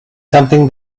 something